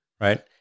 Right